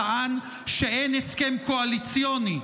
טען שאין הסכם קואליציוני,